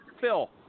Phil